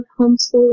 homeschooling